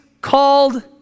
called